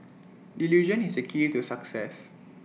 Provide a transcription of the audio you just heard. delusion is the key to success